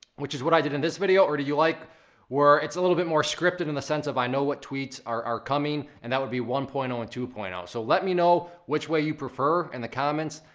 which is what i did in this video, or do you like where it's a little bit more scripted in the sense of i know what tweets are are coming, and that would be one point zero and two point zero. um so let me know which way you prefer in the comments,